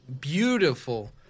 Beautiful